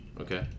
Okay